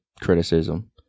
criticism